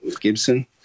Gibson